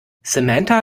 samantha